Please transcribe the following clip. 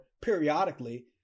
periodically